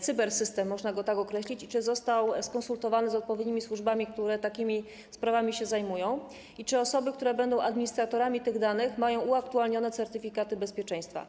cybersystem, można go tak określić, i czy został skonsultowany z odpowiednimi służbami, które takimi sprawami się zajmują, a także czy osoby, które będą administratorami tych danych, mają uaktualnione certyfikaty bezpieczeństwa.